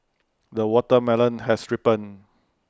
the watermelon has ripened